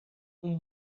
اون